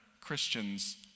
Christians